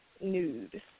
nude